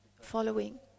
following